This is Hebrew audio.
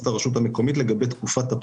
המקומית לגבי תקופת הפטור.